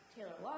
Taylor